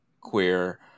queer